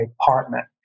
apartment